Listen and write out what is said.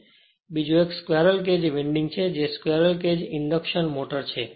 બીજો એક squirrel cage winding છે જે સ્ક્વેરલ કેજ ઇન્ડક્શન મોટર છે